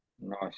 Nice